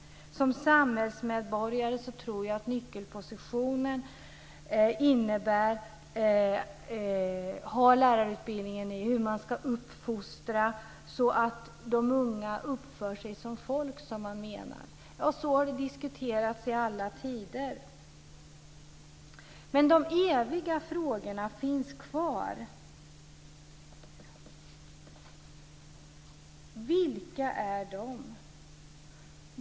Läraren har en nyckelposition som samhällsmedborgare. Det handlar om hur man ska uppfostra så att de unga uppför sig som folk. Så har det diskuterats i alla tider. De eviga frågorna finns kvar. Vilka är de?